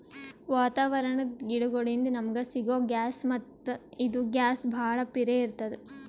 ವಾತಾವರಣದ್ ಗಿಡಗೋಳಿನ್ದ ನಮಗ ಸಿಗೊ ಗ್ಯಾಸ್ ಮತ್ತ್ ಇದು ಗ್ಯಾಸ್ ಭಾಳ್ ಪಿರೇ ಇರ್ತ್ತದ